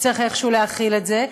צריך איכשהו להכיל את זה.